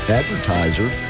advertiser